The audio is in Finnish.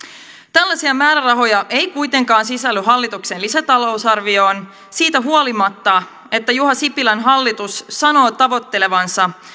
tällaisia määrärahoja ei kuitenkaan sisälly hallituksen lisätalousarvioon siitä huolimatta että juha sipilän hallitus sanoo tavoittelevansa